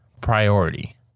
priority